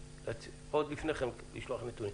עוד לפני כן לשלוח נתונים.